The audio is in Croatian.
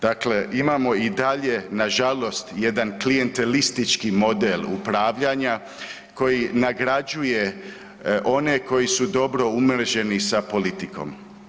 Dakle imamo i dalje nažalost jedan klijentelistički model upravljanja koji nagrađuje one koji su dobro umreženi sa politikom.